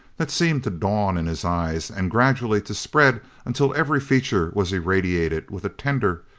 that seemed to dawn in his eyes and gradually to spread until every feature was irradiated with a tender,